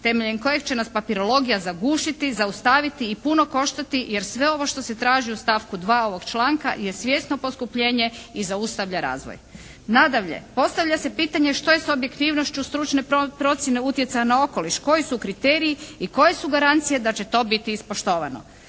temeljem kojeg će nas papirologija zagušiti, zaustaviti i puno koštati jer sve ovo što se traži u stavku 2. ovog članka je svjesno poskupljenje i zaustavlja razvoj. Nadalje, postavlja se pitanje što je s objektivnošću stručne procjene utjecaja na okoliš, koji su kriteriji i koje su garancije da će to biti ispoštovano.